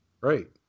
Right